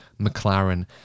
McLaren